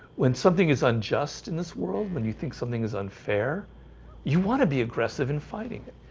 when something is unjust in this world when you think something is unfair you want to be aggressive in fighting it?